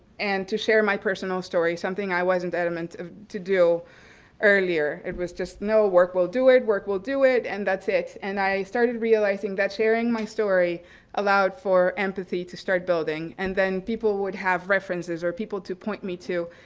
and to share my personal story, something i wasn't adamant to do earlier. it was just, no, work will do it, work will do it, and that's it. and i started realizing that sharing my story allowed for empathy to start building, and then people would have references, or people to point me to,